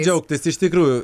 džiaugtis iš tikrųjų